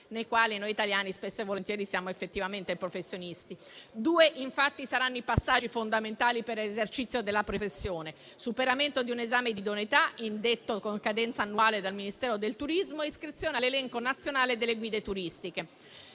nel quale noi italiani spesso e volentieri siamo effettivamente professionisti. Due infatti saranno i passaggi fondamentali per l'esercizio della professione: il superamento di un esame di idoneità indetto con cadenza annuale dal Ministero del turismo e l'iscrizione all'elenco nazionale delle guide turistiche.